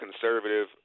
conservative